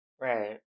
right